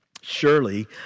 surely